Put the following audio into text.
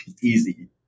easy